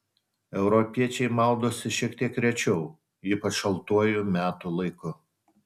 europiečiai maudosi šiek tiek rečiau ypač šaltuoju metų laiku